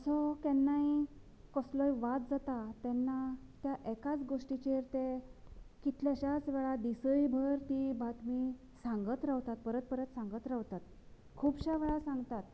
असो केन्नाय कसलोय वाद जाता तेन्ना त्या एकाच गोश्टीचेर ते कितलेशेंच वेळां दिसयभर ती बातमी सांगत रावता परत परत सांगत रावतात खुबश्या वेळार सांगतात